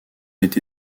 été